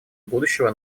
будущего